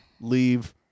Leave